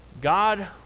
God